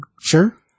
Sure